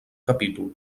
capítol